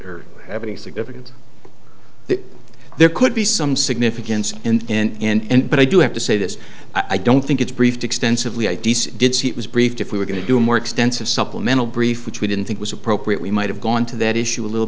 or have any significance that there could be some significance and but i do have to say this i don't think it's briefed extensively i d c did see it was briefed if we were going to do a more extensive supplemental brief which we didn't think was appropriate we might have gone to that issue a little